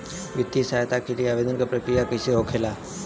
वित्तीय सहायता के लिए आवेदन क प्रक्रिया कैसे होखेला?